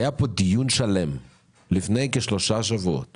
היה פה דיון שלם איתכם לפני כשלושה שבועות